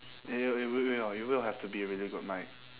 it it it will no it will have to be a really good mic